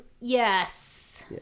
yes